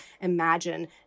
imagine